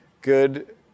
good